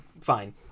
fine